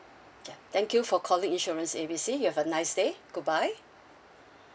thank you for calling insurance A B C you have a nice day goodbye